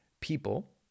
people